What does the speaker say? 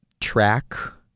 track